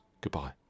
Goodbye